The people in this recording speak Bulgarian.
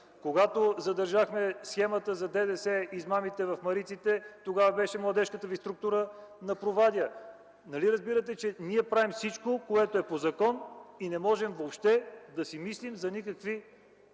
Когато задържахме схемата за ДДС измамите в „Мариците” тогава беше младежката ви структура на Провадия. Нали разбирате, че ние правим всичко, което е по закон и не можем въобще да си мислим за никакви